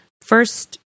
first